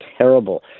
terrible